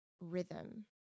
rhythm